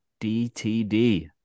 DTD